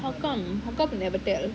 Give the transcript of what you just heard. how come how come they never tell